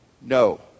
No